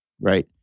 right